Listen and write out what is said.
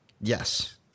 Yes